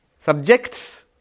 Subjects